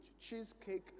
Cheesecake